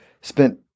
spent